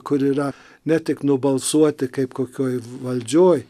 kur yra ne tik nubalsuoti kaip kokioj valdžioj